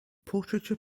portraiture